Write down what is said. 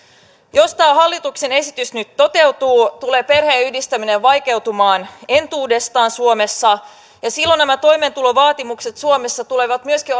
jos tämä hallituksen esitys nyt toteutuu tulee perheenyhdistäminen vaikeutumaan entuudestaan suomessa ja silloin nämä toimeentulovaatimukset suomessa tulevat myöskin